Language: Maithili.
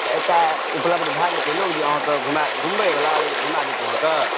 एतय उपलब्ध भए जेतै लोक जे अहाँके घुमाए देत घुमबैवला जे घुमाए देत अहाँकेँ